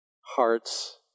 heart's